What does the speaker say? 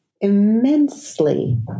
immensely